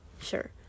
sure